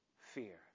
fear